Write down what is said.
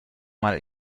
mal